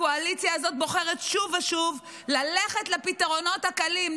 הקואליציה הזאת בוחרת שוב ושוב ללכת לפתרונות הקלים,